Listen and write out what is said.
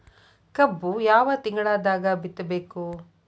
ಕಬ್ಬು ಯಾವ ತಿಂಗಳದಾಗ ಬಿತ್ತಬೇಕು?